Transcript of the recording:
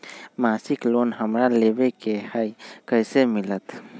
मासिक लोन हमरा लेवे के हई कैसे मिलत?